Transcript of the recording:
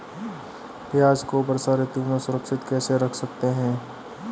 प्याज़ को वर्षा ऋतु में सुरक्षित कैसे रख सकते हैं?